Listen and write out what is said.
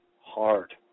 hard